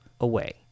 away